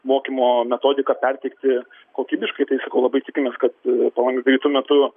mokymo metodiką perteikti kokybiškai tai sakau labai tikimės kadpalanga greitu metu